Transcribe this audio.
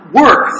work